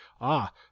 Ah